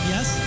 Yes